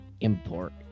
import